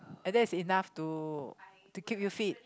and that's enough to to keep you fit